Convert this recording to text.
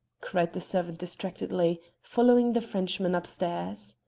cried the servant distractedly, following the frenchman upstairs.